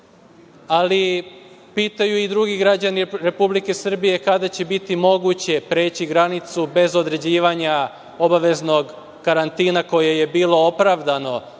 pitaju i drugi građani Republike Srbije, kada će biti moguće preći granicu bez određivanja obaveznog karantina koje je bilo opravdano